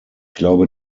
glaube